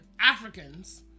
Africans